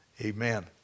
Amen